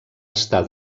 estar